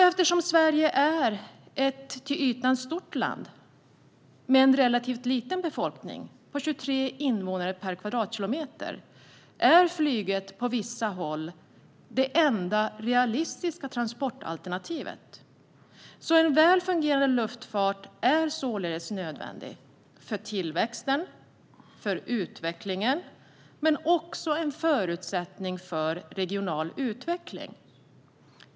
Eftersom Sverige är ett till ytan stort land med en relativt liten befolkning - 23 invånare per kvadratkilometer - är flyget på vissa håll det enda realistiska transportalternativet. En väl fungerande luftfart är således nödvändig för tillväxten men också en förutsättning för regional utveckling.